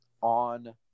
on